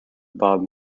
bob